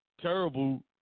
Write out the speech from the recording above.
terrible